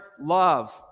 love